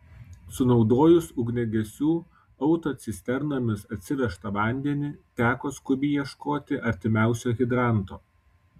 sunaudojus ugniagesių autocisternomis atsivežtą vandenį teko skubiai ieškoti artimiausio hidranto